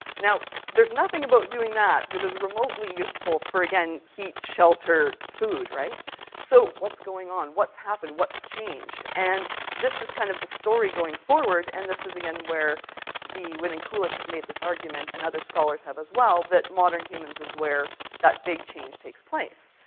now, there's nothing about doing that that is remotely useful for again heat, shelter, food. so, what's going on? what's happened? what's changed? and this is kind of the story going forward, and this is again where wynn and coolidge have made this argument, and other scholars have as well, that modern humans is where that big change takes place.